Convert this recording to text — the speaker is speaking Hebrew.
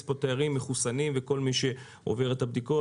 לכאן תיירים מחוסנים ואת כל מי שעובר את הבדיקות.